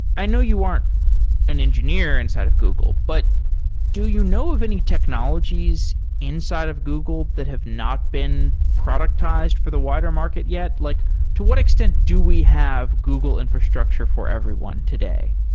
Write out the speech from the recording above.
i know you aren't and engineer inside of google, but do you know of any technologies inside of google that have not been productized for the wider market yet? like to what extent do we have google infrastructure for everyone today?